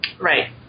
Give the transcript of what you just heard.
Right